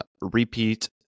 repeat